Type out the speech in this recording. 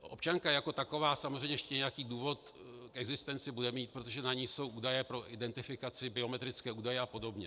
Občanka jako taková samozřejmě ještě nějaký důvod k existenci bude mít, protože na ní jsou údaje pro identifikaci, biometrické údaje a podobně.